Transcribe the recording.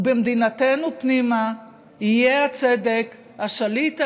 ובמדינתנו פנימה יהיה הצדק השליט העליון,